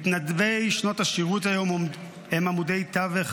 מתנדבי שנות השירות היום הם עמודי תווך